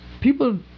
People